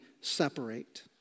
separate